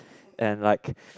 and like